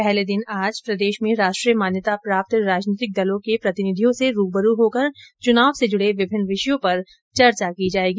पहले दिन आज प्रदेश में राष्ट्रीय मान्यता प्राप्त राजनीतिक दलों के प्रतिनिधियों से रूबरू होकर चुनाव से जुड़े विभिन्न विषयों पर चर्चा की जायेगी